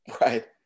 right